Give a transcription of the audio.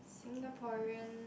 Singaporean